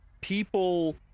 people